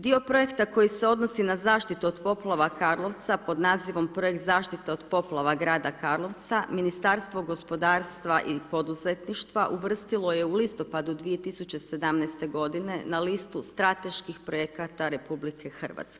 Dio projekta koji se odnosi na zaštitu od poplava Karlovca, pod nazivom projekt zaštita od poplava grada Karlovca, ministarstvo gospodarstva i poduzetništva, uvrstilo je u listopadu 2017. g. na listu strateških projekata RH.